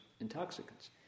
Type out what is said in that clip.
intoxicants